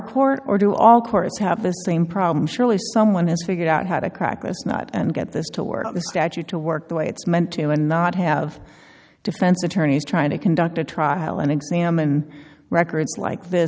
court or do all courts have the same problem surely someone has figured out how to crack this not and get this to work the statute to work the way it's meant to and not have defense attorneys trying to conduct a trial and examine records like th